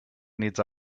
needs